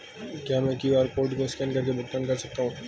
क्या मैं QR code को स्कैन करके भुगतान कर सकता हूं?